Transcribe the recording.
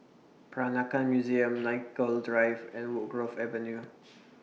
Peranakan Museum Nicoll Drive and Woodgrove Avenue